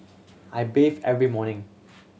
I every morning